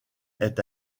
est